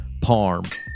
Parm